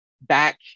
back